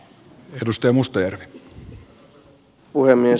arvoisa puhemies